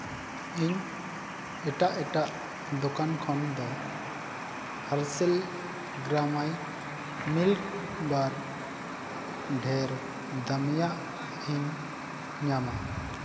ᱤᱧ ᱮᱴᱟᱜ ᱮᱴᱟᱜ ᱫᱚᱠᱟᱱ ᱠᱷᱚᱱ ᱫᱚ ᱦᱟᱨᱥᱮ ᱜᱨᱟᱢᱟᱭ ᱢᱤᱞᱠ ᱵᱟᱨ ᱰᱷᱮᱹᱨ ᱫᱟᱹᱢᱤᱭᱟᱜ ᱤᱧ ᱧᱟᱢᱟ